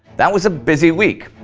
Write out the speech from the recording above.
that was a busy week.